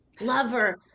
Lover